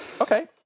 Okay